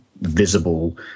visible